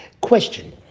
question